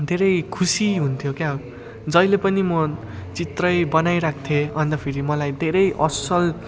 धेरै खुसी हुन्थ्यो क्या जहिले पनि म चित्रै बनाइराख्थेँ अन्त फेरि मलाई धेरै असल